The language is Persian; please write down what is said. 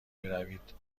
بروید